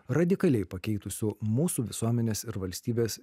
radikaliai pakeitusiu mūsų visuomenės ir valstybės